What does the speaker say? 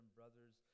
brothers